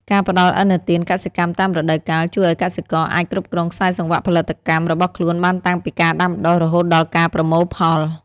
ការផ្ដល់ឥណទានកសិកម្មតាមរដូវកាល ជួយឱ្យកសិករអាចគ្រប់គ្រងខ្សែសង្វាក់ផលិតកម្មរបស់ខ្លួនបានតាំងពីការដាំដុះរហូតដល់ការប្រមូលផល។